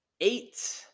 Eight